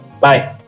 Bye